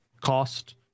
cost